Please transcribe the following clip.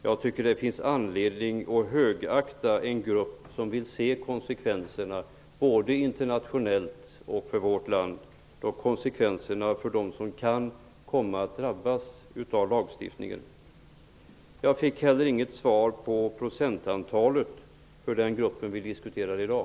Jag tycker att det finns anledning att högakta en grupp som vill se konsekvenserna, både internationellt och för vårt land, för dem som kan komma att drabbas av lagstiftningen. Jag fick inte något svar på min fråga om procentandelen för den grupp vi diskuterar i dag.